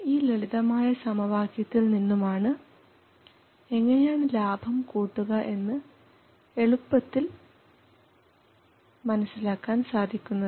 ഈ ലളിതമായ സമവാക്യത്തിൽ നിന്നും എങ്ങനെയാണ് ലാഭം കൂട്ടുക എന്ന് എളുപ്പത്തിൽ മനസ്സിലാക്കാൻ സാധിക്കും